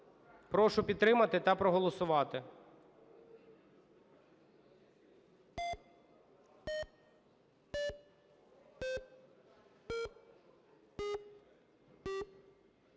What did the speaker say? Прошу підтримати та проголосувати.